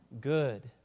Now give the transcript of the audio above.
good